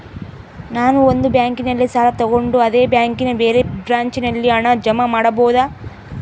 ನಾನು ಒಂದು ಬ್ಯಾಂಕಿನಲ್ಲಿ ಸಾಲ ತಗೊಂಡು ಅದೇ ಬ್ಯಾಂಕಿನ ಬೇರೆ ಬ್ರಾಂಚಿನಲ್ಲಿ ಹಣ ಜಮಾ ಮಾಡಬೋದ?